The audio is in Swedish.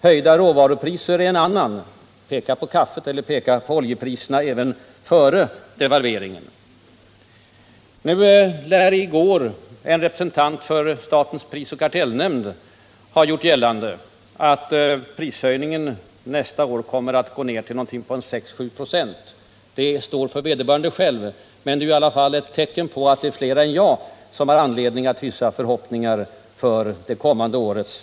Höjda råvarupriser är en annan — låt mig peka på priserna på kaffe eller på I går lär en representant för statens prisoch kartellnämnd ha i TV gjort gällande att prishöjningarna nästa år kommer att gå ned till kanske omkring 6 å 7 26. Det uttalandet står för vederbörandes egen räkning, men det är ju i alla fall ett tecken på att flera än jag har anledning att hysa förhoppningar inför nästa års prisutveckling.